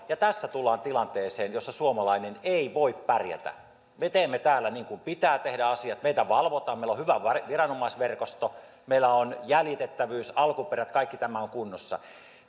ja tässä tullaan tilanteeseen jossa suomalainen ei voi pärjätä me teemme täällä asiat niin kuin pitää tehdä meitä valvotaan meillä on hyvä viranomaisverkosto meillä on jäljitettävyys alkuperät kaikki tämä kunnossa